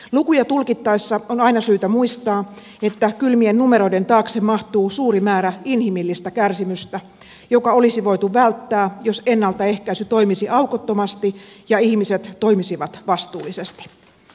lukuja tulkittaessa on aina syytä muistaa että kylmien numeroiden taakse mahtuu suuri määrä inhimillistä kärsimystä joka olisi voitu välttää jos ennaltaehkäisy toimisi aukottomasti ja ihmiset toimisivat vastuullisesti